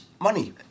money